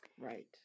Right